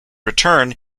return